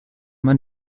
man